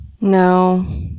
No